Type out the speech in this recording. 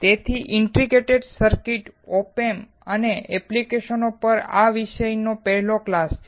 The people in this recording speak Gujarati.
તેથી integrated circuits MOSFETS op amps અને તેમના એપ્લિકેશનો પરના આ વિષયનો આ પહેલો ક્લાસ છે